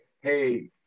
hey